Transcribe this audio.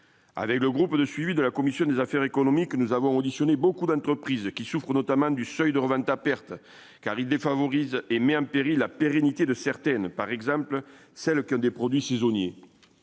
avec le groupe de suivi de la commission des affaires économiques, nous avons auditionné beaucoup d'entreprises qui souffrent notamment du seuil de revente à perte car il défavorise et met en péril la pérennité de certaines, par exemple celles qui ont des produits saisonniers